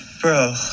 Bro